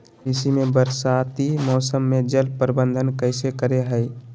कृषि में बरसाती मौसम में जल प्रबंधन कैसे करे हैय?